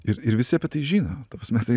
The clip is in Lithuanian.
ir ir visi apie tai žino ta prasme tai